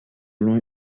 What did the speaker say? loin